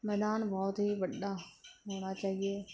ਮੈਦਾਨ ਬਹੁਤ ਹੀ ਵੱਡਾ ਹੋਣਾ ਚਾਹੀਏ